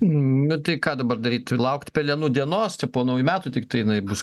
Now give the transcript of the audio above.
na tai ką dabar daryt laukt pelenų dienos tai po naujų metų tiktai jinai bus